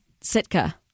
Sitka